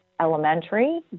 elementary